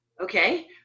Okay